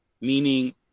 meaning